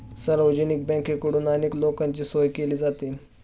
सार्वजनिक बँकेकडून अनेक लोकांची सोय केली जाते